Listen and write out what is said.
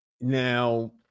Now